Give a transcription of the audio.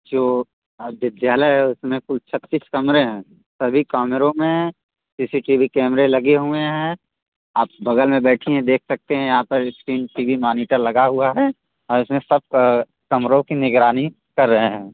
जो विद्यालय है उस में से छत्तीस कमरे हैं सभी कमरों में सी सी टी वी कैमरे लग हुए हैं आप बग़ल में बैठी हैं देख सकते हैं यहाँ पर स्क्रीन टी वी मॉनिटर लगा हुआ है और इस में सब कमरों की निगरानी कर रहे हैं